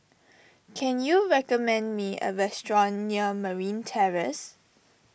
can you recommend me a restaurant near Marine Terrace